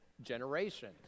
generation